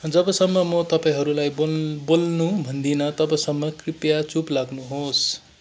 जबसम्म म तपाईँहरूलाई बोल् बोल्नु भन्दिनँ तबसम्म कृपया चुप लाग्नुहोस्